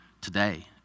today